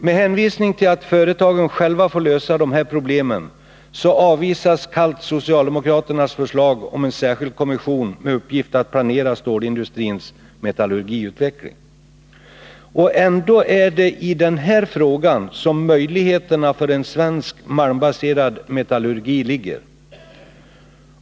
Med hänvisning till att företagen själva får lösa de här problemen avvisas kallt socialdemokraternas förslag om en särskild kommission med uppgift att planera stålindustrins metallurgiutveckling. Ändå är det i den här frågan som möjligheterna för en svensk malmbaserad metallurgi ligger.